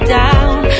down